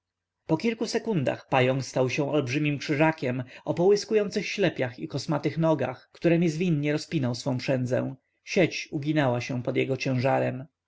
po kilku sekundach pająk stał się olbrzymim krzyżakiem o połyskujących ślepiach i kosmatych nogach któremi zwinnie rozpinał swą przędzę sieć uginała się pod jego ciężarem